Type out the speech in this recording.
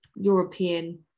European